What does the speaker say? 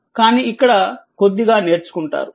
కానీ ఇక్కడ కొద్దిగా నేర్చుకుంటారు